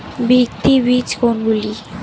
ভিত্তি বীজ কোনগুলি?